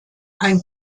ein